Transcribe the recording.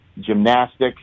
Gymnastics